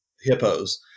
hippos